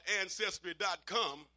ancestry.com